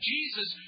Jesus